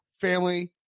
family